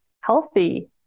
healthy